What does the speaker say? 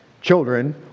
children